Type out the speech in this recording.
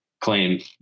claim